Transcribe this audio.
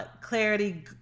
Clarity